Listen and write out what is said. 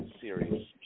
series